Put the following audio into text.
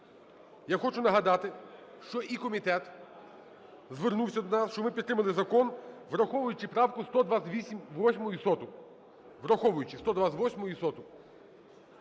Я хочу нагадати, що і комітет звернувся до нас, щоб ми підтримали закон, враховуючи правку 128